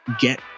get